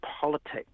politics